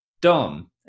Dom